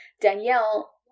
Danielle